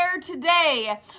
today